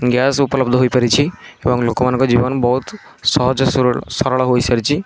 gas ଉପଲବ୍ଧ ହୋଇପାରିଛି ଏବଂ ଲୋକମାନଙ୍କ ଜୀବନ ବହୁତ ସହଜ ସରଳ ହୋଇସାରିଛି